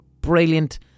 brilliant